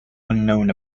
unknown